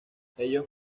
ellos